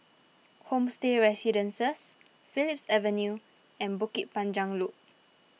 Homestay Residences Phillips Avenue and Bukit Panjang Loop